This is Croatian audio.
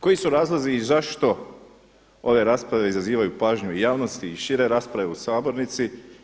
Koji su razlozi i zašto ove rasprave izazivaju pažnju javnosti i šire rasprave u sabornici?